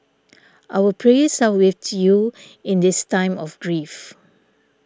our prayers are with you in this time of grief